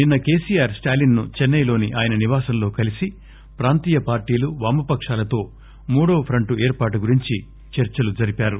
నిన్న కేసీఆర్ స్టాలిస్ను చెన్స య్లోని ఆయన నివాసంలో కలిసి ప్రాంతీయ పార్లీలు వామపకాలతో మూడవ ఫ్రంట్ ఏర్పాటు గురించి చర్సలు జరిపారు